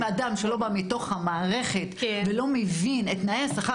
אדם שלא בא מתוך המערכת ולא מבין את תנאי השכר